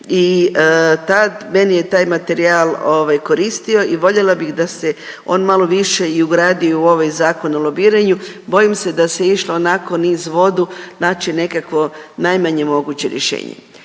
meni je taj materijal ovaj koristio i voljela bih da se on malo više i ugradi u ovaj Zakon o lobiranju. Bojim se da se išlo onako niz vodu naći nekakvo najmanje moguće rješenje.